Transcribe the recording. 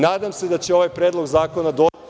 Nadam se da će ovaj predlog zakona…